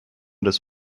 des